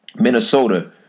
Minnesota